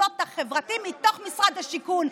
במקומות רבים בעולם,